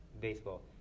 Baseball